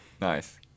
nice